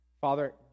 Father